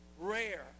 rare